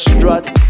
Strut